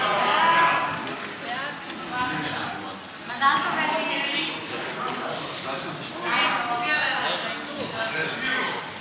ההצעה להעביר את הצעת חוק ההנדסאים והטכנאים המוסמכים (תיקון,